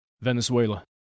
Venezuela